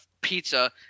pizza